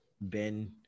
Ben